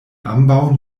ambaŭ